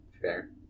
Fair